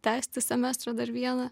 tęsti semestrą dar vieną